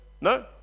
No